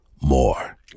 more